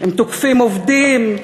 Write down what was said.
הם תוקפים עובדים,